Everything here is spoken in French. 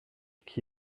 qui